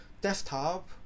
desktop